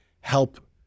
help